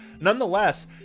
Nonetheless